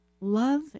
Love